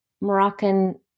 Moroccan